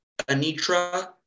Anitra